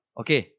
okay